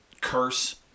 curse